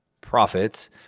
profits